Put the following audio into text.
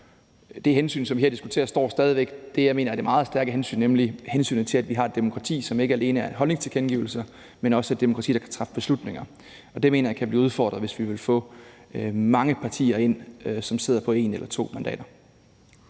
det hensyn, som vi her diskuterer, står stadig væk det, som jeg mener er det meget stærke hensyn, nemlig hensynet til, at vi har et demokrati, som ikke alene bygger på holdningstilkendegivelser, men som også er et demokrati, hvor der kan træffes beslutninger. Det mener jeg kan blive udfordret, hvis vi vil få mange partier ind, som sidder på et eller to mandater.